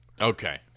Okay